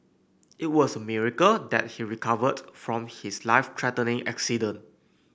it was a miracle that he recovered from his life threatening accident